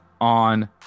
on